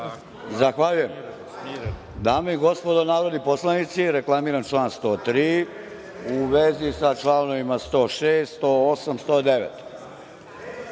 Zahvaljujem. Dame i gospodo narodni poslanici, reklamiram član 103. u vezi sa članovima 106. i 108.